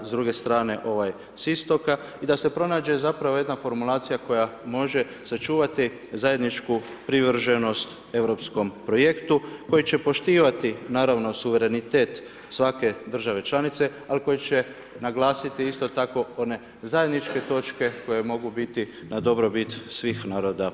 S druge strane ovaj s istoka i da se pronađe zapravo jedna formulacija koja može sačuvati zajedničku privrženost europskom projektu koji će poštivati naravno suverenitet svake države članice, ali koji će naglasiti isto tako one zajedničke točke koje mogu biti na dobrobit svih naroda Europe.